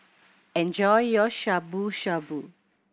enjoy your Shabu Shabu